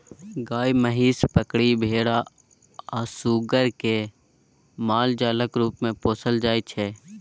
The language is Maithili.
गाय, महीस, बकरी, भेरा आ सुग्गर केँ मालजालक रुप मे पोसल जाइ छै